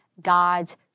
God's